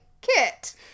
Kit